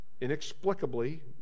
inexplicably